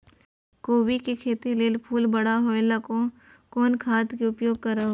कोबी के खेती लेल फुल बड़ा होय ल कोन खाद के उपयोग करब?